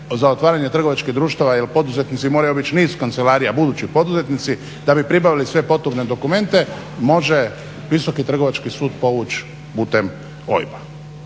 za otvaranje trgovačkih društava jer poduzetnici moraju obići niz kancelarija, budući poduzetnici, da bi pribavili sve potrebne dokumente, može Visoki trgovački sud povući putem OIB-a.